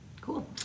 Cool